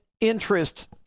interest